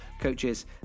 coaches